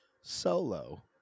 Solo